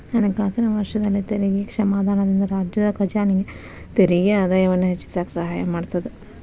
ಹಣಕಾಸಿನ ವರ್ಷದಲ್ಲಿ ತೆರಿಗೆ ಕ್ಷಮಾದಾನದಿಂದ ರಾಜ್ಯದ ಖಜಾನೆಗೆ ತೆರಿಗೆ ಆದಾಯವನ್ನ ಹೆಚ್ಚಿಸಕ ಸಹಾಯ ಮಾಡತದ